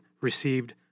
received